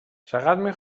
چقدر